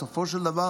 בסופו של דבר,